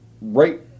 right